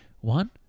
one